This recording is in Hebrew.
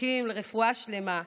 הזקוקים לרפואה שלמה,